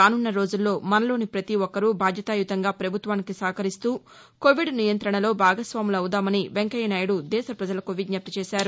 రాసున్న రోజుల్లో మనలోని పతీ ఒక్కరు బాధ్యతాయుతంగా పభుత్వానికి సహకరిస్తూ కోవిడ్ నియంతణలో భాగస్వాములవుదామని వెంకయ్య నాయుడు దేశ పజలకు విజ్ఞప్తి చేశారు